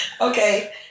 Okay